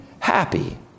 happy